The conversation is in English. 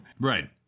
Right